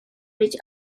reach